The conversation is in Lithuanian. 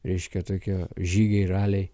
reiškia tokie žygiai raliai